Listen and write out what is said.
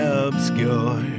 obscure